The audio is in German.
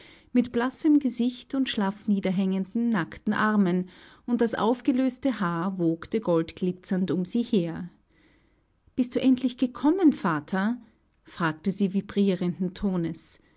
mit blassem gesicht und schlaff niederhängenden nackten armen und das aufgelöste haar wogte goldglitzernd um sie her bist du endlich gekommen vater fragte sie vibrierenden tones